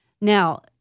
Now